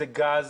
זה גז,